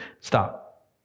Stop